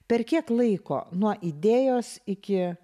per kiek laiko nuo idėjos iki